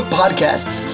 podcasts